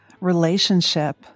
relationship